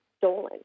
stolen